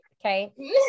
Okay